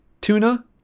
Tuna